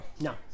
No